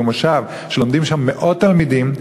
במושב שלומדים שם מאות תלמידים,